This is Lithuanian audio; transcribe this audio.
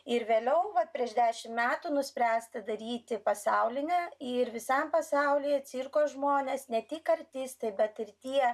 ir vėliau va prieš dešimt metų nuspręsta daryti pasaulinę ir visam pasaulyje cirko žmonės ne tik artistai bet ir tie